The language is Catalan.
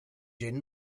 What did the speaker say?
gent